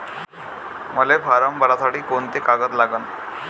मले फारम भरासाठी कोंते कागद लागन?